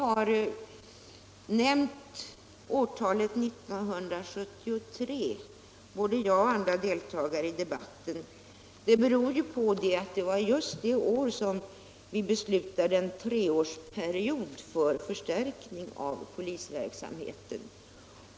Att både jag och andra deltagare i debatten har nämnt årtalet 1973 beror på att det var just det året vi beslutade om en treårsperiod för förstärkning av polisverksamheten.